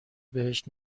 بهش